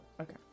Okay